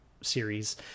series